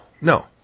no